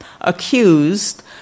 accused